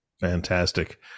Fantastic